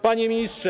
Panie Ministrze!